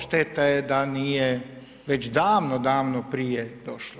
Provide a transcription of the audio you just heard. Šteta je da nije već davno, davno prije došlo.